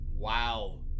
Wow